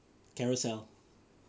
kan risau